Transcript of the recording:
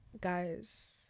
guys